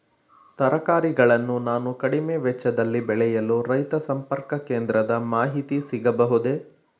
ತರಕಾರಿಗಳನ್ನು ನಾನು ಕಡಿಮೆ ವೆಚ್ಚದಲ್ಲಿ ಬೆಳೆಯಲು ರೈತ ಸಂಪರ್ಕ ಕೇಂದ್ರದ ಮಾಹಿತಿ ಸಿಗಬಹುದೇ?